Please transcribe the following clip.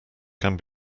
can